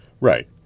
Right